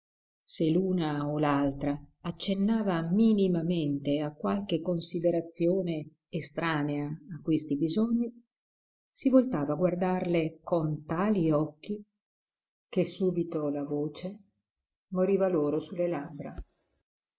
se l'una o l'altra accennava minimamente a qualche considerazione estranea a questi bisogni si voltava a guardarle con tali occhi che subito la voce moriva loro sulle labbra